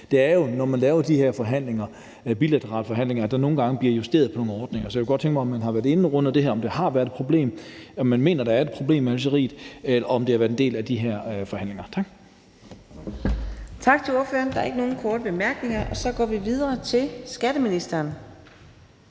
Det er jo sådan, når man laver de her bilaterale forhandlinger, at der nogle gange bliver justeret på nogle ordninger. Så jeg kunne godt tænke mig at høre, om man har været inde på det her, om det har været et problem, om man mener, at der er et problem med Algeriet, og om det har været en del af de her forhandlinger. Tak. Kl. 15:21 Fjerde næstformand (Karina Adsbøl): Tak til ordføreren. Der er ikke nogen korte bemærkninger. Så går vi videre til skatteministeren.